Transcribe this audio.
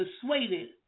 persuaded